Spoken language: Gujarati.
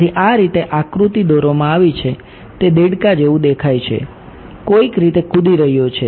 તેથી આ રીતે આકૃતિ દોરવામાં આવી છે તે દેડકા જેવું દેખાય છે જે કોઈક રીતે કૂદી રહ્યો છે